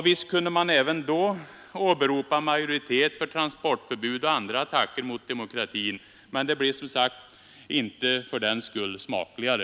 Visst kunde man även då åberopa majoritet för transportförbud och andra attacker mot demokratin, men det blev som sagt inte fördenskull smakligare.